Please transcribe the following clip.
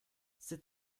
c’est